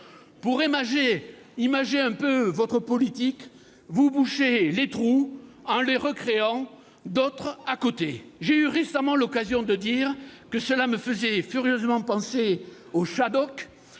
Pour imager un peu votre politique, vous bouchez les trous en en recréant d'autres à côté. J'ai eu récemment l'occasion de dire que cela me faisait furieusement penser aux Shadoks,